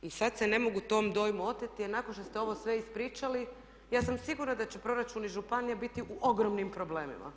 I sad se ne mogu tom dojmu oteti, jer nakon što ste ovo sve ispričali ja sam sigurna da će proračuni županija biti u ogromnim problemima.